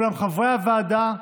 אולם חברי הוועדה,